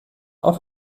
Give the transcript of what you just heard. auf